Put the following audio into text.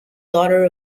daughter